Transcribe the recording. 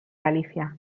galicia